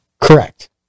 Correct